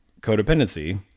codependency